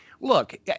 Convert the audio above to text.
look